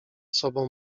sobą